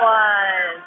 one